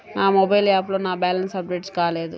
నా మొబైల్ యాప్లో నా బ్యాలెన్స్ అప్డేట్ కాలేదు